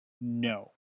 No